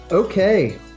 Okay